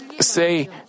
say